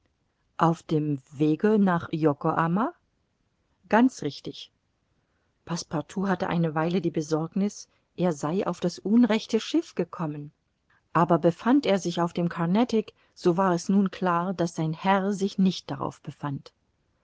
auf dem wege nach yokohama ganz richtig passepartout hatte eine weile die besorgniß er sei auf das unrechte schiff gekommen aber befand er sich auf dem carnatic so war es nun klar daß sein herr sich nicht darauf befand